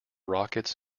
rockets